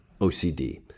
OCD